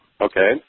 Okay